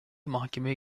mahkemeye